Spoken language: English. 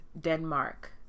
Denmark